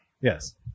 Yes